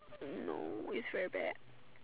no is very bad